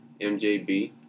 MJB